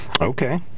Okay